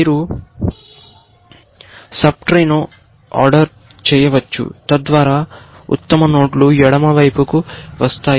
మీరు సబ్ట్రీను ఆర్డర్ చేయవచ్చు తద్వారా ఉత్తమ నోడ్లు ఎడమ వైపుకు వస్తాయి